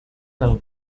pel